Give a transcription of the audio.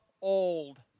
old